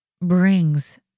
brings